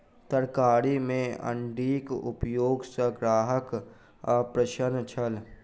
तरकारी में अण्डीक उपयोग सॅ ग्राहक अप्रसन्न छल